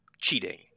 cheating